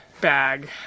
bag